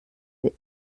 für